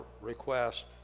request